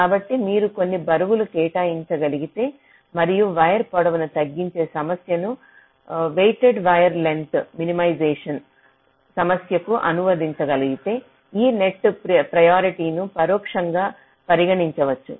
కాబట్టి మీరు కొన్ని బరువులు కేటాయించగలిగితే మరియు వైర్ పొడవును తగ్గించే సమస్యను వెటెట్డ్ వైర్ లెంత్ మినీమైజేషన్ సమస్యకు అనువదించగలిగితే ఈ నెట్ ప్రియారిటి ను పరోక్షంగా పరిగణించవచ్చు